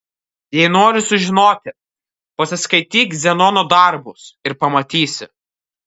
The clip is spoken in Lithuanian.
jei nori sužinoti pasiskaityk zenono darbus ir pamatysi